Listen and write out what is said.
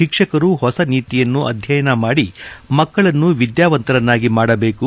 ಶಿಕ್ಷಕರು ಹೊಸ ನೀತಿಯನ್ನು ಅಡ್ಡಯನ ಮಾಡಿ ಮಕ್ಕಳನ್ನು ವಿದ್ಯಾವಂತರನ್ನಾಗಿ ಮಾಡಬೇಕು